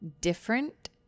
different